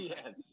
Yes